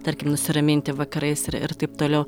tarkim nusiraminti vakarais ir ir taip toliau